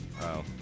Wow